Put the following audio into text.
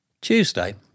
Tuesday